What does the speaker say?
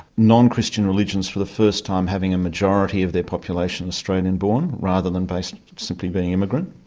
non-christian religions for the first time having a majority of their population australian born rather than based. simply being immigrant,